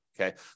Okay